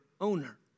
owner